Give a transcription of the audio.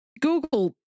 google